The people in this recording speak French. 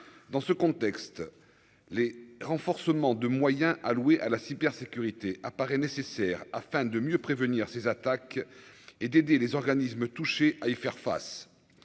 dans ce contexte, les renforcements de moyens alloués à la cybersécurité apparaît nécessaire afin de mieux prévenir ces attaques et d'aider les organismes touchés à y faire face,